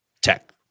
tech